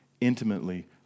intimately